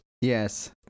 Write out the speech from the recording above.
Yes